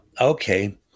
okay